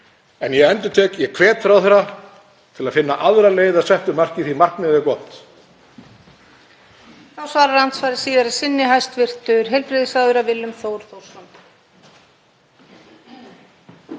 En ég endurtek: Ég hvet ráðherra til að finna aðra leið að settu marki því að markmiðið er gott.